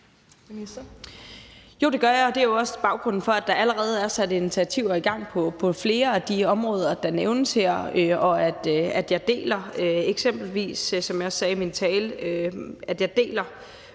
det gør jeg, og det er jo også baggrunden for, at der allerede er sat initiativer i gang på flere af de områder, der nævnes her, og jeg deler eksempelvis, som jeg også sagde i min tale, ønsket om,